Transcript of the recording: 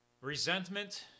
resentment